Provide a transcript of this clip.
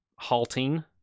halting